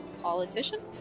politician